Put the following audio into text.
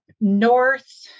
north